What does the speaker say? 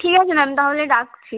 ঠিক আছে ম্যাম তাহলে রাখছি